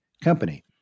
company